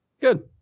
Good